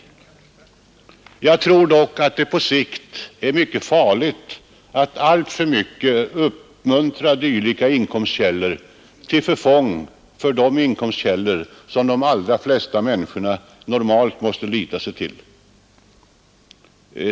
Jag tror dock att det på sikt är mycket farligt att alltför mycket uppmuntra dylika inkomstkällor till förfång för de inkomstkällor som de allra flesta människor normalt måste lita till.